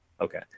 Okay